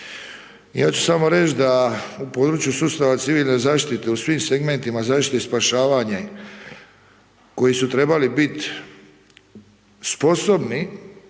Ja ću samo reći da u području sustava civilne zaštite u svim segmentima zaštite i spašavanja koji su trebali biti sposobni